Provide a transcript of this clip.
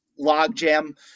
logjam